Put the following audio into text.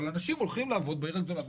אבל אנשים הולכים לעבוד בעיר הגדולה,